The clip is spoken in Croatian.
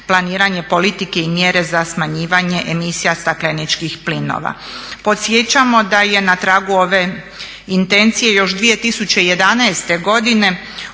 planiranje politike i mjere za smanjivanje emisija stakleničkih plinova. Podsjećamo da je na tragu ove intencije još 2011. godine